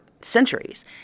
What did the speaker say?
centuries